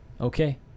Okay